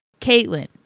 Caitlin